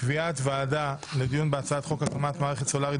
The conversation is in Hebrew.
קביעת ועדה לדיון בהצעת חוק הקמת מערכת סולרית